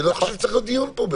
אני לא חושב שצריך להיות דיון פה.